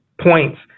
points